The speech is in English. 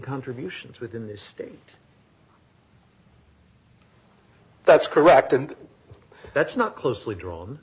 contributions within the state that's correct and that's not closely drawn